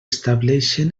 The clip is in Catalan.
establixen